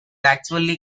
actually